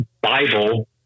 Bible